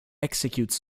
executes